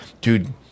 dude